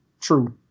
true